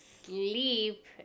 sleep